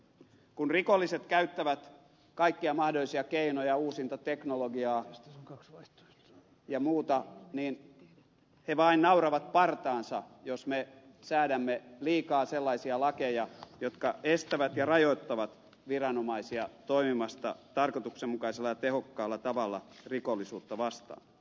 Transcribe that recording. kun rikolliset käyttävät kaikkia mahdollisia keinoja uusinta teknologiaa ja muuta niin he vain nauravat partaansa jos me säädämme liikaa sellaisia lakeja jotka estävät ja rajoittavat viranomaisia toimimasta tarkoituksenmukaisella ja tehokkaalla tavalla rikollisuutta vastaan